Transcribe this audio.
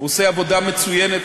הוא עושה עבודה מצוינת.